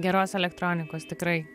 geros elektronikos tikrai